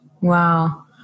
Wow